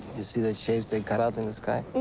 you see the shapes they cut out in the sky?